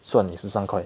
算你十三块